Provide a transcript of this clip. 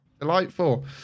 delightful